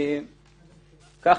כך,